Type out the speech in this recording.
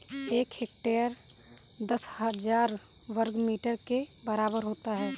एक हेक्टेयर दस हजार वर्ग मीटर के बराबर होता है